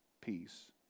peace